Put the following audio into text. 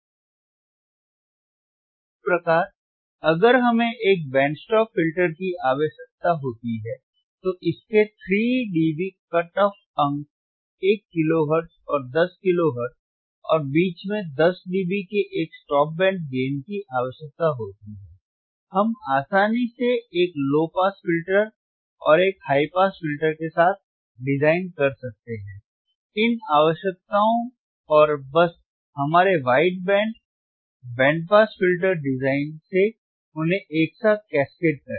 इस प्रकार अगर हमें एक बैंड स्टॉप फिल्टर की आवश्यकता होती है तो इसके 3 डीबी कट ऑफ अंक 1 किलोहर्ट्ज़ और 10 किलोहर्ट्ज़ और बीच में 10 डीबी के एक स्टॉप बैंड गेन की आवश्यकता होती है हम आसानी से एक लो पास फिल्टर और एक हाई पास फिल्टर के साथ डिजाइन कर सकते हैं इन आवश्यकताओं और बस हमारे wide band band pass filter design से उन्हें एक साथ कैस्केड करें